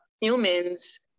humans